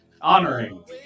honoring